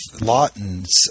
Lawton's